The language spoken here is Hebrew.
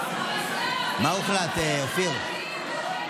מה הוחלט, אופיר?